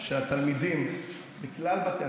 אחד: שהתלמידים בכלל בתי הספר,